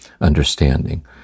understanding